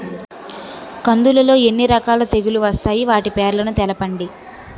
కందులు లో ఎన్ని రకాల తెగులు వస్తాయి? వాటి పేర్లను తెలపండి?